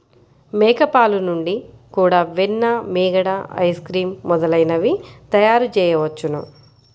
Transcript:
మేక పాలు నుండి కూడా వెన్న, మీగడ, ఐస్ క్రీమ్ మొదలైనవి తయారుచేయవచ్చును